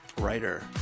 writer